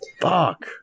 Fuck